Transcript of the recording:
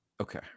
Okay